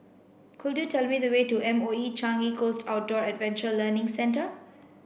could you tell me the way to M O E Changi Coast Outdoor Adventure Learning Centre